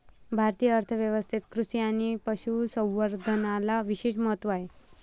भारतीय अर्थ व्यवस्थेत कृषी आणि पशु संवर्धनाला विशेष महत्त्व आहे